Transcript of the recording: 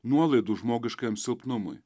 nuolaidų žmogiškajam silpnumui